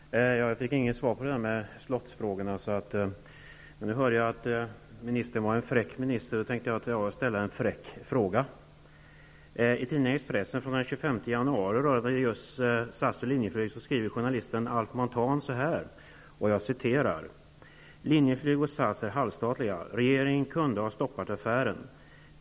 Herr talman! Jag fick inget svar på slotsfrågorna, men nu hör jag att Mats Odell är en fräck minister, och därför tänker jag ställa en fräck fråga. I tidningen Expressen den 25 januari fanns en artikel som gällde affären SAS/Linjeflyg. Där skriver journalisten Alf Montán så här: ''Linjeflyg och SAS är halvstatliga. Regeringen hade kunnat stoppa affären.